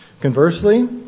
Conversely